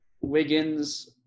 Wiggins